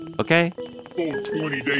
okay